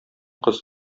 кыз